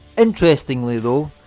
interestingly though,